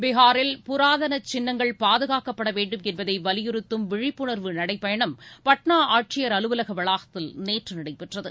பீகாரில் புராதனச் சின்னங்கள் பாதுகாக்கப்பட வேண்டும் என்பதை வலியுறுத்தம் விழிப்புணர்வு நடைப்பயணம் பாட்னா ஆட்சியர் அலுவலக வளாகத்தில் நேற்று நடைபெற்றது